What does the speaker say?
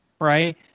right